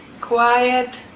Quiet